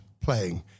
playing